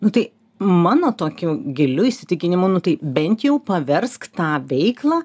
nu tai mano tokiu giliu įsitikinimu nu tai bent jau paversk tą veiklą